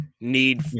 need